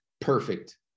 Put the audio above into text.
perfect